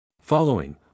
Following